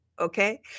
Okay